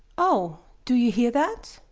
oh, do you hear that?